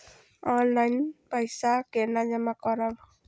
हम ऑनलाइन पैसा केना जमा करब?